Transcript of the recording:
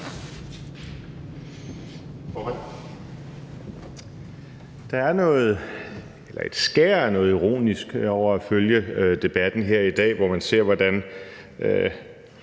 Der er et skær af noget ironisk over at følge debatten her i dag, når man ser, hvordan